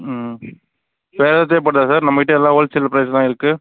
ம் வேறு எதாவது தேவைப்படுதா சார் நம்மக் கிட்டே எல்லா ஹோல் சேல் ப்ரைஸ் தான் இருக்குது